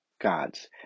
gods